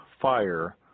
fire